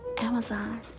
amazon